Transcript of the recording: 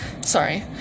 Sorry